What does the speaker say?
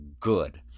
good